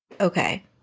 Okay